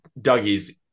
Dougie's